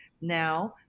now